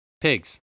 Pigs